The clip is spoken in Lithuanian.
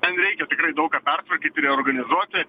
ten reikia tikrai daug ką pertvarkyti reorganizuoti